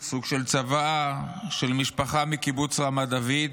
סוג של צוואה, של משפחה מקיבוץ רמת דוד,